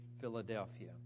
Philadelphia